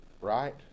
Right